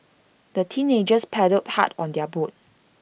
the teenagers paddled hard on their boat